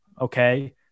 okay